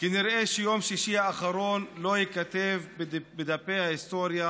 כנראה שיום שישי האחרון לא ייכתב בדפי ההיסטוריה,